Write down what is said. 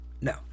no